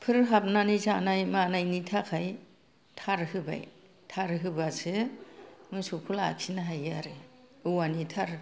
फोर हाबनानै जानाय मानायनि थाखाय थार होबाय थार होबासो मोसौखौ लाखिनो हायो आरो औवानि थार